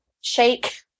Shake